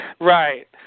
Right